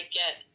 get